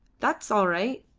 that's all right.